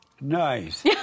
Nice